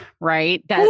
Right